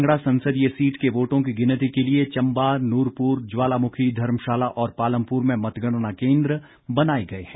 कांगड़ा संसदीय सीट के वोटों की गिनती के लिये चंबा नूरपुर ज्वालामुखी धर्मशाला और पालमपुर में मतगणना केंद्र बनाए गए हैं